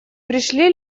пришли